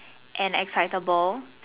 and excitable